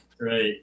right